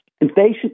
inflation